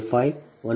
5j5 1